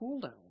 cooldown